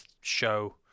show